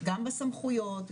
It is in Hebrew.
גם בסמכויות,